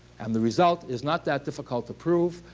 and the result is not that difficult to prove.